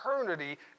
eternity